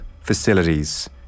facilities